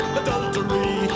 adultery